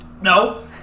No